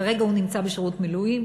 כרגע הוא נמצא בשירות מילואים,